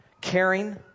caring